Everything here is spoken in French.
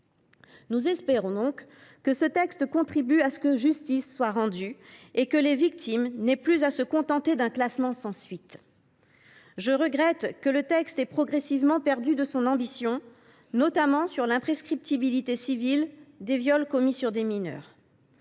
Nous espérons que ce texte contribuera à ce que justice soit rendue et que les victimes n’aient plus à se contenter d’un classement sans suite. Je regrette néanmoins que le texte ait progressivement perdu de son ambition, notamment sur l’imprescriptibilité civile des viols commis sur des mineurs.